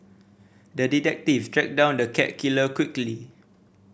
the detective tracked down the cat killer quickly